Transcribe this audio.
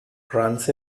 runs